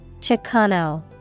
Chicano